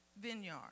vineyard